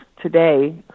today